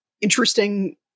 interesting